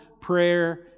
prayer